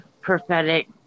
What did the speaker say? prophetic